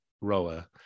Roa